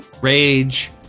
rage